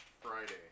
Friday